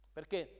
Perché